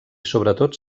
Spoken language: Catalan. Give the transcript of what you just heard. sobretot